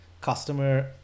customer